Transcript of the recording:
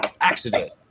accident